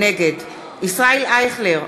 נגד ישראל אייכלר,